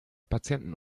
patienten